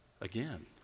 again